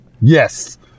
yes